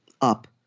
up